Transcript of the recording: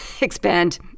expand